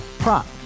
Prop